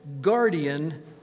guardian